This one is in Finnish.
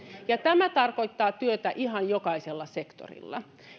tämä tarkoittaa työtä ihan jokaisella sektorilla